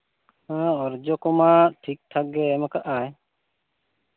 ᱚᱨᱡᱚ ᱠᱚᱢᱟ ᱴᱷᱤᱠ ᱴᱷᱟᱠ ᱜᱮᱭ ᱮᱢ ᱟᱠᱟᱫ ᱟᱭ